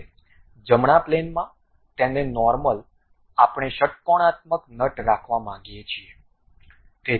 હવે જમણા પ્લેનમાં તેને નોર્મલ આપણે ષટ્કોણાત્મક નટ રાખવા માંગીએ છીએ